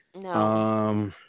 No